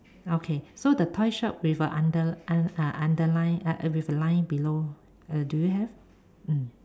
okay so the toy shop with a under uh underline uh with a line below uh do you have mm